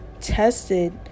tested